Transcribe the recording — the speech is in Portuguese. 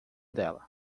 dela